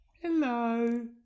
Hello